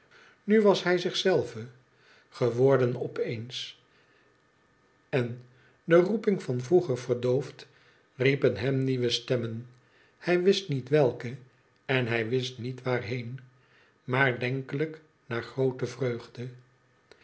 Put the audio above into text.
nu was hij zichzelve geworden op eens en de roeping van vroeger verdoofd riepen hem nieuwe stemmen hij wist niet welke en hij wist niet waar heen maar denkelijk naar groote vreugde